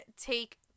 take